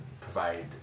provide